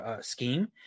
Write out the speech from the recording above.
scheme